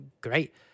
great